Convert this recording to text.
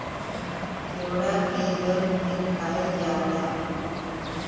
केवड़ा के जल भी खायल जाला